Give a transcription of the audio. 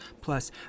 Plus